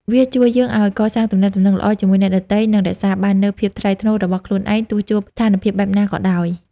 វាជួយយើងឱ្យកសាងទំនាក់ទំនងល្អជាមួយអ្នកដទៃ និងរក្សាបាននូវភាពថ្លៃថ្នូររបស់ខ្លួនឯង ទោះជួបស្ថានភាពបែបណាក៏ដោយ។